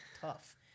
tough